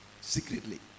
secretly